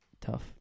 tough